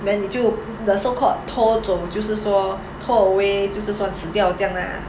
then 你就 the so called tow 走就是说 tow away 就是说死掉这样 lah